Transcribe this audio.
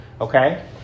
okay